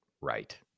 right